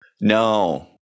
No